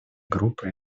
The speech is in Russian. группы